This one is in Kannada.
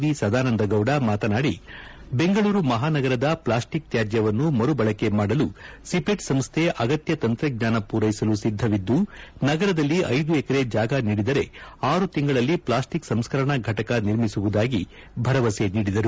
ವಿ ಸದಾನಂದ ಗೌಡ ಮಾತನಾಡಿ ಬೆಂಗಳೂರು ಮಹಾನಗರದ ಪ್ಲಾಸ್ಟಿಕ್ ತ್ಯಾದ್ಯವನ್ನು ಮರುಬಳಕೆ ಮಾಡಲು ಸಿಪೆಟ್ ಸಂಸ್ಥೆ ಅಗತ್ಯ ತಂತ್ರಜ್ಞಾನ ಪೂರೈಸಲು ಸಿದ್ದವಿದ್ದು ನಗರದಲ್ಲಿ ಐದು ಎಕರೆ ಜಾಗ ನೀಡಿದರೆ ಆರು ತಿಂಗಳಲ್ಲಿ ಪ್ಲಾಸ್ಟಿಕ್ ಸಂಸ್ಕರಣ ಫಟಕ ನಿರ್ಮಿಸುವುದಾಗಿ ಅವರು ಭರವಸೆ ನೀಡಿದರು